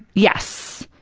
yes.